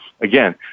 again